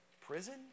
prison